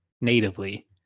natively